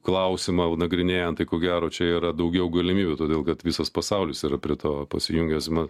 klausimą jau nagrinėjant tai ko gero čia yra daugiau galimybių todėl kad visas pasaulis yra prie to pasijungęs ma